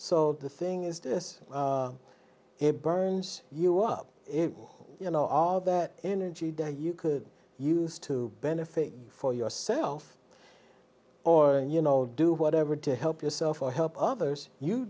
so the thing is this it burns you up if you know all that energy day you could use to benefit for yourself or you know do whatever to help yourself or help others you